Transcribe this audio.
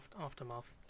aftermath